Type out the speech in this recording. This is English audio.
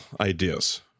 ideas